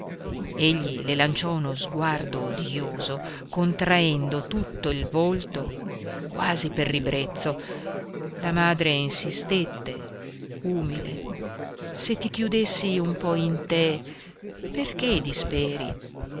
egli le lanciò uno sguardo odioso contraendo tutto il volto quasi per ribrezzo la madre insistette umile se ti chiudessi un po in te perché disperi